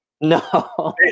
No